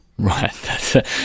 right